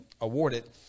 awarded